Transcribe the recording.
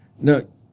No